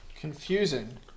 confusing